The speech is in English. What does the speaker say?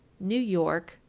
new york,